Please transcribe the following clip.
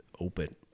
open